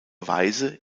weise